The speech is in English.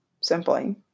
simply